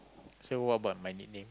so what about my nickname